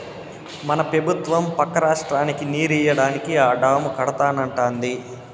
మన పెబుత్వం పక్క రాష్ట్రానికి నీరియ్యడానికే ఆ డాము కడతానంటాంది